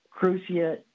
cruciate